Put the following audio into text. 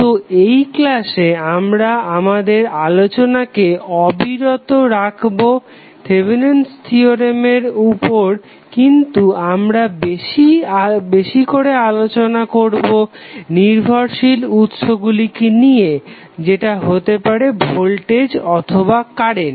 তো এই ক্লাসে আমরা আমাদের আলোচনাকে অবিরত রাখবো থেভেনিন'স থিওরেম Thevenins theorem এর উপর কিন্তু আমরা বেশি করে আলোচনা করবো নির্ভরশীল উৎসগুলিকে নিয়ে যেটা হতে পারে ভোল্টেজ অথবা কারেন্ট